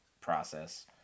process